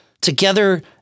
together